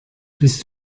bist